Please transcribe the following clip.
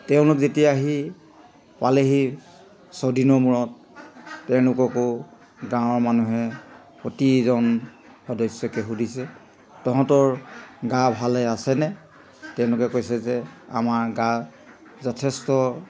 তেওঁলোক যেতিয়া আহি পালেহি ছদিনৰ মূৰত তেওঁলোককো গাঁৱৰ মানুহে প্ৰতিজন সদস্যকে সুধিছে তহঁতৰ গা ভালে আছেনে তেওঁলোকে কৈছে যে আমাৰ গা যথেষ্ট